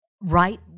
right